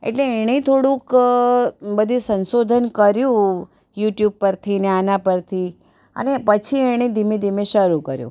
એટલે એણે થોડુંક બધું સંશોધન કર્યું યુટ્યુબ પરથી ને આના પરથી અને પછી એણે ધીમે ધીમે શરૂ કર્યું